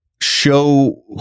show